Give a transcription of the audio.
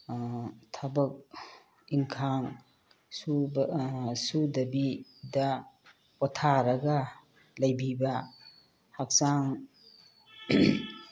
ꯊꯕꯛ ꯏꯟꯈꯥꯡ ꯁꯨꯕ ꯁꯨꯗꯕꯤꯗ ꯄꯣꯊꯥꯔꯒ ꯂꯩꯕꯤꯕ ꯍꯛꯆꯥꯡ